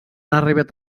arribat